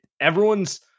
everyone's